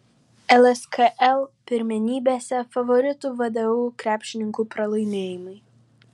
lskl pirmenybėse favoritų vdu krepšininkų pralaimėjimai